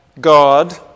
God